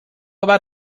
about